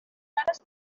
pares